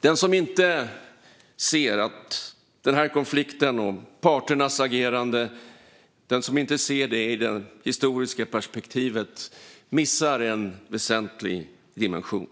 Den som inte ser denna konflikt och parternas agerande i det historiska perspektivet missar en väsentlig dimension.